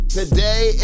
today